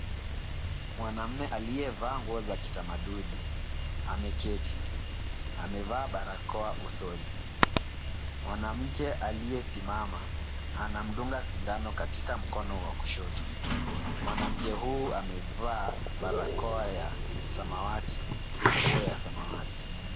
Mwanamume aliyevaa nguo za kitamaduni ameketi. Amevaa barakoa usoni. Mwanamke aliyesimama anamdunga sindano katika mkono wa kushoto. Mwanamke huu amevaa barakoa ya samawati na nguo ya samawati.